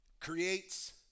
creates